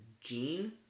gene